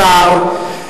השר סער.